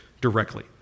directly